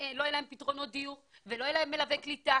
יאפשר להם פתרונות דיור ולא יהיה להם מלווי קליטה.